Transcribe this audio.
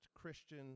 Christian